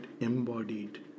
embodied